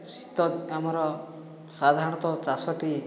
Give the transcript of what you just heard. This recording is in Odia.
ଶୀତ ଆମର ସାଧାରଣତଃ ଚାଷଟି